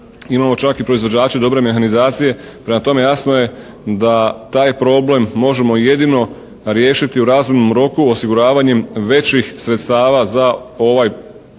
Imamo čak i proizvođače dobre mehanizacije. Prema tome jasno je da taj problem možemo jedino riješiti u razumnom roku osiguravanjem većih sredstava za ovaj posao